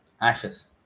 ashes